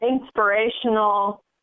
inspirational